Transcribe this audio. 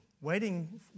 waiting